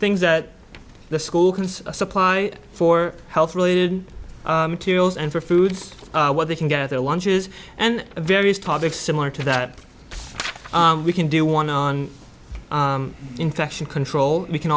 things that the school can supply for health related materials and for foods what they can get their lunches and various topics similar to that we can do one on infection control we can